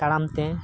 ᱛᱟᱲᱟᱢ ᱛᱮ